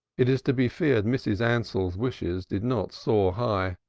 it is to be feared mrs. ansell's wishes did not soar high.